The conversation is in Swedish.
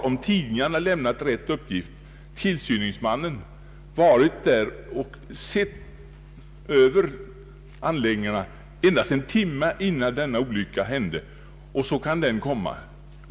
Om tidningarna har lämnat rätt uppgift har tillsynsmannen varit på platsen och sett över anläggningarna endast en timme innan denna olycka skedde — och ändå inträffade den.